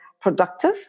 productive